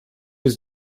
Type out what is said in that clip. jest